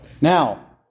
Now